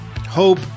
Hope